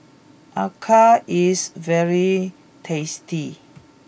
Acar is very tasty